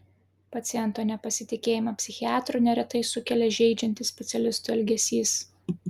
paciento nepasitikėjimą psichiatru neretai sukelia žeidžiantis specialistų elgesys